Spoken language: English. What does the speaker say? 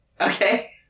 Okay